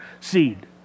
seed